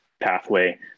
pathway